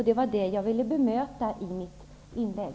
Det var det jag ville bemöta i mitt inlägg.